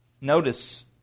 Notice